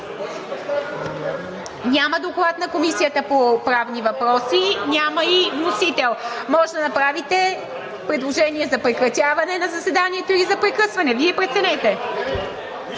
Няма доклад на Комисията по правни въпроси, няма и вносител. Може да направите предложение за прекратяване на заседанието или за прекъсване. Вие преценете.